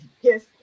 yes